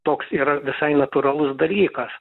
toks yra visai natūralus dalykas